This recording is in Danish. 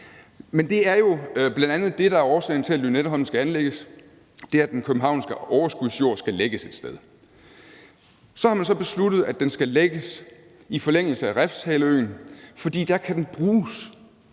Men det er jo bl.a. det, der er årsagen til, at Lynetteholmen skal anlægges, nemlig at den københavnske overskudsjord skal lægges et sted. Så har man så besluttet, at den skal lægges i forlængelse af Refshaleøen, for der kan den bruges.